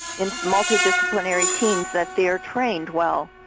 in multidisciplinary teams that they are trained well.